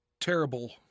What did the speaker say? terrible